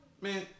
man